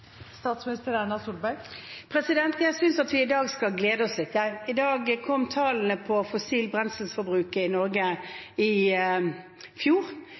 Jeg synes at vi i dag skal glede oss litt, jeg. I dag kom tallene for fossilt brenselforbruk i Norge i fjor.